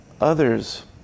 others